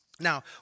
Now